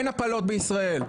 אין הפלות בישראל,